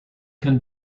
can